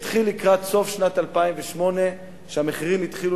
התחיל לקראת סוף שנת 2008 כשהמחירים התחילו